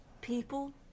people